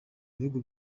bihugu